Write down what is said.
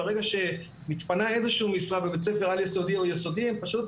וברגע שמתפנה איזו שהיא משרה בבית ספר על יסודי או יסודי הם פשוט